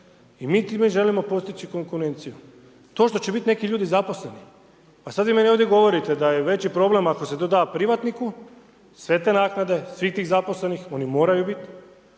I mi time želimo postići konkurenciju. To što će biti neki ljudi zaposleni, a sada vi meni ovdje govorite da je veći problem ako se to da privatniku, sve te naknade, svih tih zaposlenih, oni moraju biti